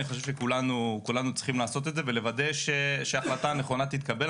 אני חושב שכולנו צריכים לעשות את זה ולוודא שההחלטה הנכונה תתקבל.